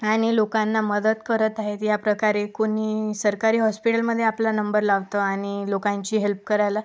आणि लोकांना मदत करत आहेत याप्रकारे कोणी सरकारी हॉस्पिटलमध्ये आपला नंबर लावतो आणि लोकांची हेल्प करायला